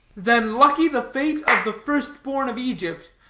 then lucky the fate of the first-born of egypt,